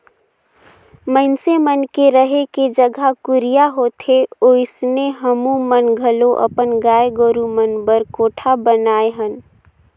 मइनसे मन के रहें के जघा कुरिया होथे ओइसने हमुमन घलो अपन गाय गोरु मन बर कोठा बनाये हन